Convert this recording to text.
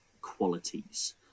qualities